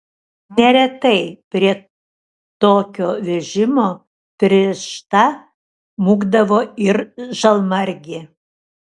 neretai prie tokio vežimo pririšta mūkdavo ir žalmargė